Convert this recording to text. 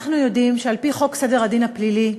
אנחנו יודעים שעל-פי חוק סדר הדין הפלילי,